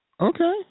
Okay